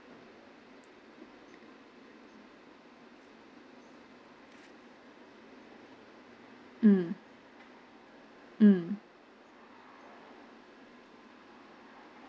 mm mm